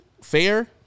fair